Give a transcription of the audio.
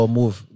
move